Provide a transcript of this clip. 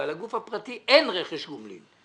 ועל הגוף הפרטי אין רכש גומלין.